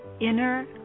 Inner